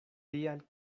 tial